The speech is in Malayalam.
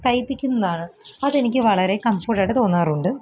തൈപ്പിക്കുന്നതാണ് അതെനിക്ക് വളരെ കംഫട്ടായിട്ട് തോന്നാറുണ്ട്